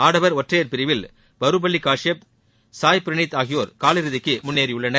ஆடவர் ஒற்றையர் பிரிவில் பருபள்ளி காஷ்பப் சாய் பிரனித் ஆகியோர் காலிறுதிக்கு முன்னேறியுள்ளனர்